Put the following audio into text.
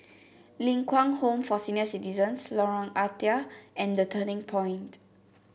Ling Kwang Home for Senior Citizens Lorong Ah Thia and The Turning Point